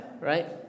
Right